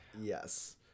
Yes